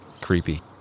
creepy